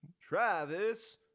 Travis